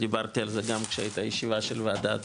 דיברתי על זה גם שהייתה ישיבה של וועדה גדולה,